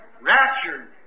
Raptured